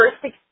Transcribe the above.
first